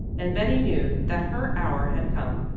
and betty knew that her hour had come.